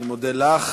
אני מודה לך.